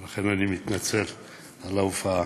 ולכן אני מתנצל על ההופעה.